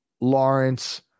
Lawrence